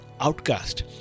outcast